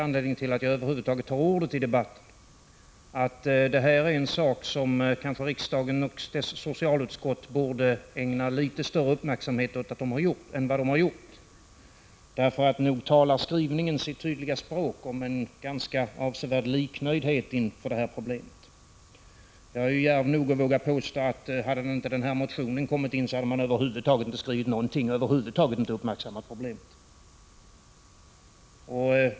Anledningen till att jag tar till orda i debatten är att detta är en sak som riksdagen och dess socialutskott borde ägna litet större uppmärksamhet än vad de har gjort — nog talar skrivningen sitt tydliga språk om en ganska avsevärd liknöjdhet inför detta problem. Jag är djärv nog att våga påstå, att om denna motion inte hade väckts hade utskottet inte skrivit någonting och över huvud taget inte uppmärksammat problemet.